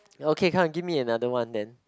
okay come give me another one then